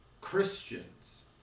Christians